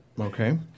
Okay